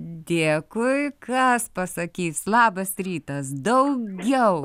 dėkui kas pasakys labas rytas daugiau